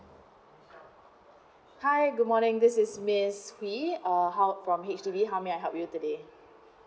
hi good morning this is miss fee uh how from H_D_B how may I help you today